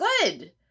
good